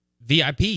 VIP